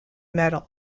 metals